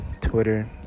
Twitter